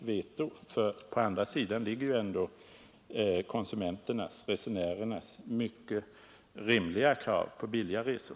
En verklig avvägning måste ske, ty på andra sidan ligger ändå konsumenternas, resenärernas, mycket rimliga krav på billiga resor.